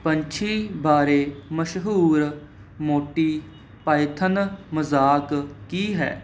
ਪੰਛੀ ਬਾਰੇ ਮਸ਼ਹੂਰ ਮੋਟੀ ਪਾਇਥਨ ਮਜ਼ਾਕ ਕੀ ਹੈ